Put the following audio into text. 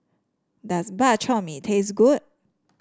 does Bak Chor Mee taste good